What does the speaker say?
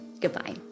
Goodbye